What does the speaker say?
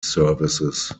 services